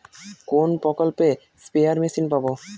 কোন প্রকল্পে spare machine পাব?